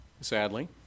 sadly